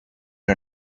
are